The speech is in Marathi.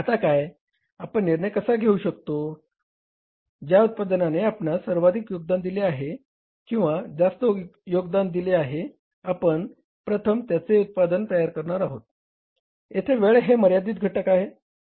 आता काय आपण निर्णय कसा घेऊ शकतो ज्या उत्पादनाने आपणास सर्वाधिक योगदान दिले आहे किंवा जास्त योगदान दिले आहे आपण प्रथम त्याचे उत्पादन करणार आहोत येथे वेळ हे मर्यादित घटक आहे